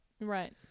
Right